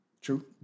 True